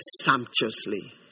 sumptuously